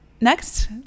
next